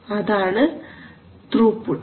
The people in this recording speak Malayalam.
അതാണ് ത്രൂപുട്ട്